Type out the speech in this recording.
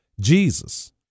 Jesus